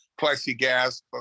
plexiglass